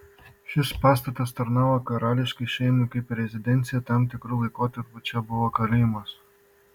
šis pastatas tarnavo karališkai šeimai kaip rezidencija tam tikru laikotarpiu čia buvo kalėjimas